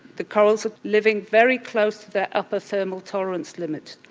the corals are living very close to their upper thermal tolerance limit,